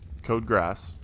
CODEGRASS